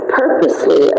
purposely